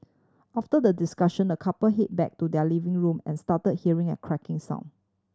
after the discussion the couple head back to their living room and start hearing a cracking sound